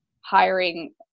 hiring